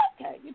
Okay